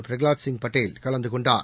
பிரகலாத் சிங் படேல் கலந்து கொண்டார்